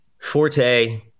Forte